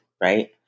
right